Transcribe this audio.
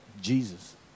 Jesus